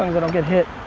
i don't get hit.